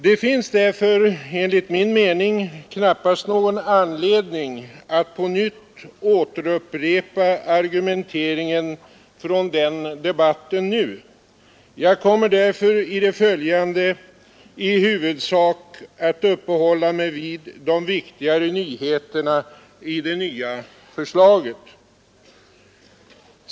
Det finns därför enligt min mening knappast någon anledning att på nytt upprepa argumenteringen från den debatten nu. Jag kommer därför i det följande i huvudsak att uppehålla mig vid de viktigare nyheterna i det nya förslaget.